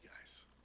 guys